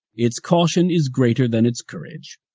its caution is greater than its courage.